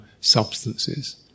substances